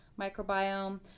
microbiome